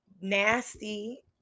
nasty